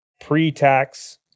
pre-tax